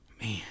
Man